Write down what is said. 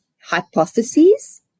hypotheses